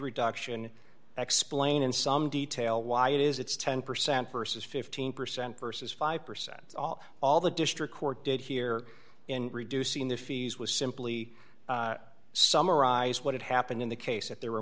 reduction explain in some detail why it is it's ten percent versus fifteen percent versus five percent all all the district court did here in reducing the fees was simply summarize what happened in the case that there